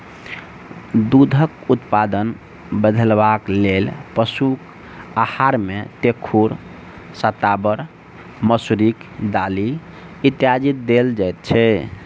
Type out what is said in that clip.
दूधक उत्पादन बढ़यबाक लेल पशुक आहार मे तेखुर, शताबर, मसुरिक दालि इत्यादि देल जाइत छै